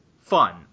fun